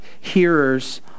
hearers